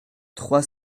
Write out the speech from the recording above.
trois